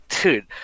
dude